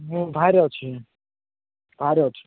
ମୁଁ ବାହାରେ ଅଛି ବାହାରେ